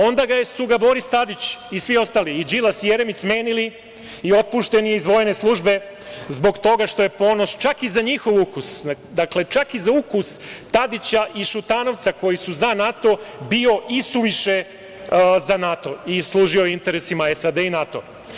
Onda su ga Boris Tadić i svi ostali, i Đilas i Jermić smenili i otpušten je iz vojne službe zbog toga što je Ponoš, čak i za njihov ukus, dakle, čak i za ukus Tadića i Šutanovca, koji su za NATO bio isuviše za NATO i služio interesima SAD i NATO.